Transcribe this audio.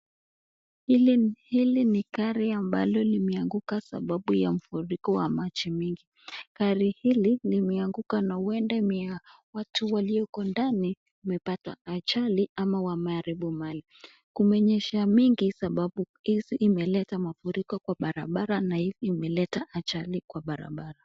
Hili ni gari ambalo limeanguka kwa sababu ya mafuriko wa maji mingi. Gari hili limeanuka na huenda ni ya huenda ni ya watu walioko ndani imepatwa na ajali au wameharibu mali. Kumenyesha mingi sababu imeleta mafuriko kwenye barabara na hivi imeleta ajali kwa barabara.